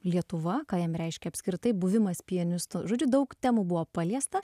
lietuva ką jam reiškia apskritai buvimas pianistu žodžiu daug temų buvo paliesta